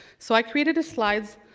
so i created a slide,